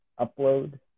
upload